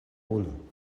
unu